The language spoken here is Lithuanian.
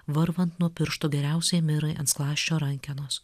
varvant nuo pirštų geriausiai mirai ant skląsčio rankenos